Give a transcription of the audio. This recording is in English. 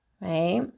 Right